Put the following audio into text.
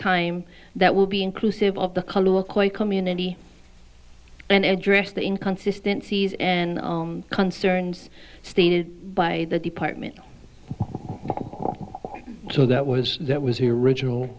time that will be inclusive of the community and address the inconsistency and concerns stated by the department so that was that was original